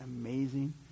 amazing